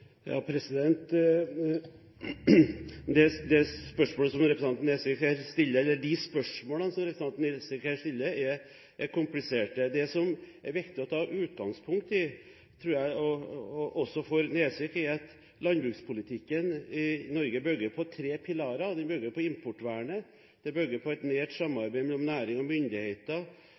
De spørsmålene som representanten Nesvik her stiller, er kompliserte. Det som det er viktig å ta utgangspunkt i, tror jeg, også for Nesvik, er at landbrukspolitikken i Norge bygger på tre pilarer. Den bygger på importvernet, den bygger på et nært samarbeid mellom næring og myndigheter,